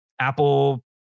Apple